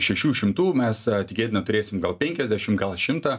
šešių šimtų mes tikėtina turėsim gal penkiasdešim gal šimtą